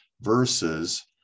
versus